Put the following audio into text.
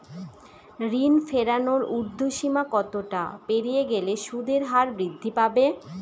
ঋণ ফেরানোর উর্ধ্বসীমা কতটা পেরিয়ে গেলে সুদের হার বৃদ্ধি পাবে?